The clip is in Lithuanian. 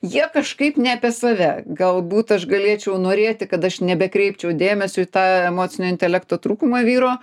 jie kažkaip ne apie save galbūt aš galėčiau norėti kad aš nebekreipčiau dėmesio į tą emocinio intelekto trūkumą vyro